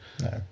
No